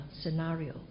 scenario